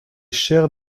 chairs